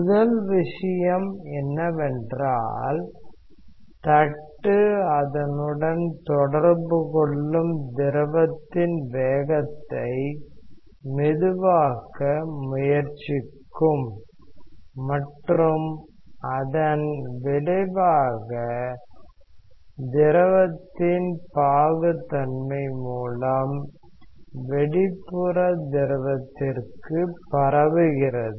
முதல் விஷயம் என்னவென்றால் தட்டு அதனுடன் தொடர்பு கொள்ளும் திரவத்தின் வேகத்தை மெதுவாக்க முயற்சிக்கும் மற்றும் அதன் விளைவாக திரவத்தின் பாகுத்தன்மை மூலம் வெளிப்புற திரவத்திற்கு பரவுகிறது